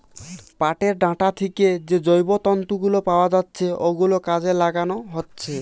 পাটের ডাঁটা থিকে যে জৈব তন্তু গুলো পাওয়া যাচ্ছে ওগুলো কাজে লাগানো হচ্ছে